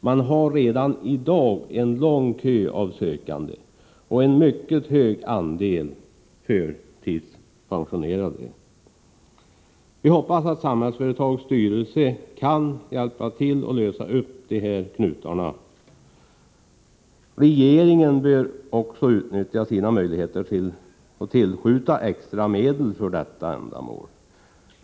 Man har redan i dag en kö av sökande och en mycket stor andel förtidspensionerade. Vi hoppas att Samhällsföretags styrelse kan hjälpa till med att lösa upp de här redovisade knutarna. Regeringen bör utnyttja sina möjligheter att tillskjuta extra medel för detta ändamål.